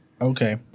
Okay